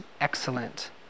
excellent